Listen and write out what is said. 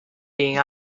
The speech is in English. being